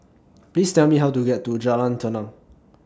Please Tell Me How to get to Jalan Tenang